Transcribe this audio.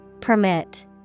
Permit